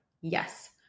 Yes